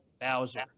Bowser